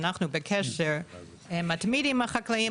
אנחנו בקשר מתמיד עם החקלאים,